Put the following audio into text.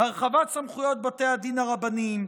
הרחבת סמכויות בתי הדין הרבניים,